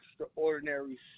Extraordinary